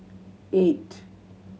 eight